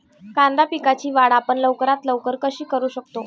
कांदा पिकाची वाढ आपण लवकरात लवकर कशी करू शकतो?